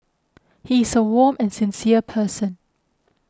he is a warm and sincere person